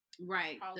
right